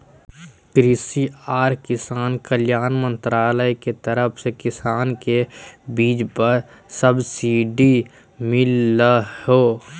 कृषि आर किसान कल्याण मंत्रालय के तरफ से किसान के बीज पर सब्सिडी मिल लय हें